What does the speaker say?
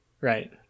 right